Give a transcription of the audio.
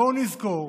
בואו נזכור